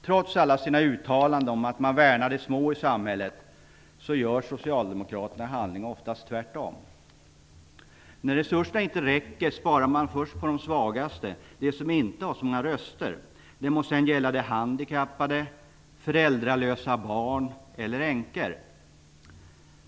Trots alla sina uttalanden om att man värnar om de små i samhället gör socialdemokraterna i handling oftast tvärtom. När resurserna inte räcker sparar man först på de svagaste, de som inte har så många röster. Det må sedan gälla de handikappade, föräldralösa barn eller änkor.